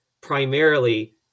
primarily